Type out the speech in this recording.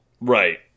Right